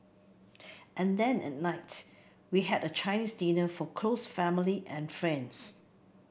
and then at night we had a Chinese dinner for close family and friends